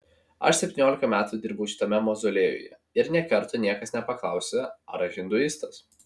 aš septyniolika metų dirbau šitame mauzoliejuje ir nė karto niekas nepaklausė ar aš hinduistas